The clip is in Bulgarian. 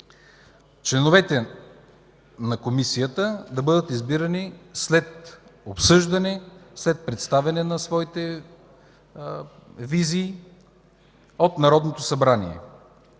членовете на Комисията да бъдат избирани след обсъждане, след представяне на своите визии от Народното събрание.